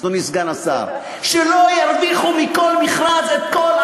אדוני סגן השר: שלא ירוויחו מכל מכרז את הכול,